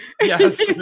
yes